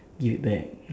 give it back